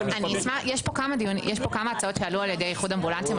יש פה כמה הצעות שהועלו על ידי איחוד האמבולנסים,